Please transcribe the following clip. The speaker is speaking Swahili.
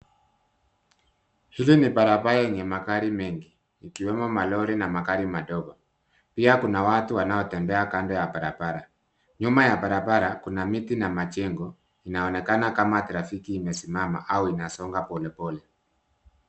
Shughuli ya barabara yenye magari mengi ikiwemo malori na magari madogo. Pia kuna watu wanaotembea kando ya barabara. Nyuma ya barabara kuna miti na majengo inaonekana kama trafiki imesimama au inasonga polepole.